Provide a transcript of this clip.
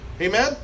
Amen